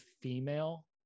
female